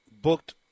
Booked